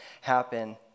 happen